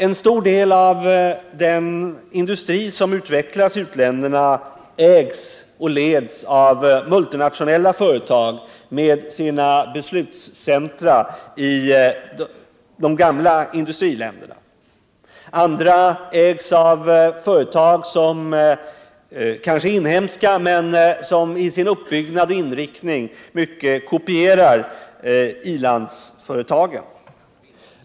En stor del av den industrin utvecklas i u-länderna, ägs och leds av multinationella företag med sina beslutscentra i de gamla industriländerna. Andra ägs av företag som kanske är inhemska men som i sin uppbyggnad och inriktning mycket kopierar i-landsföretagen.